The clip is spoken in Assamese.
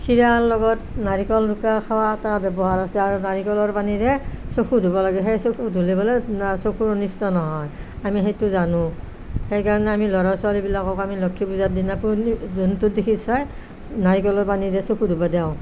চিৰাৰ লগত নাৰিকল ৰোকা খোৱা এটা ব্যৱহাৰ আছে আৰু নাৰিকলৰ পানীৰে চকু ধুব লাগে সেই চকু ধুলে বোলে চকুৰ অনিষ্ট নহয় আমি সেইটো জানো সেই কাৰণে আমি ল'ৰা ছোৱালীবিলাকক আমি লক্ষী পূজাৰ দিনা পোনেই জোনটো দিশে চাই নাৰিকলৰ পানীৰে চকু ধুব দিওঁ